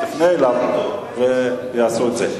תפנה אליו ויעשו את זה.